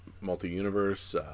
Multi-Universe